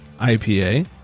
IPA